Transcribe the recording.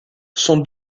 son